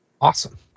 Awesome